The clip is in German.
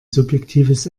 subjektives